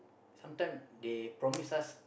sometime they promise us